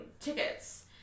tickets